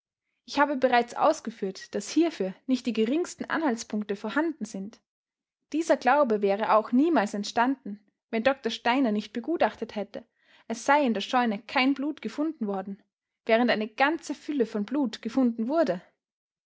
ich habe bereits ausgeführt daß hierfür nicht die geringsten anhaltspunkte vorhanden sind dieser glaube wäre auch niemals entstanden wenn dr steiner nicht begutachtet hätte es sei in der scheune kein blut gefunden worden während eine ganze fülle von blut gefunden wurde